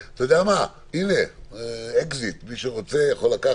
מה שאני מנסה להגיד לגבי תפילה הוועדה